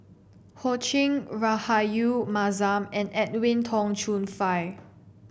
Ho Ching Rahayu Mahzam and Edwin Tong Chun Fai